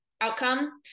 outcome